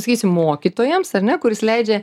sakysim mokytojams ar ne kuris leidžia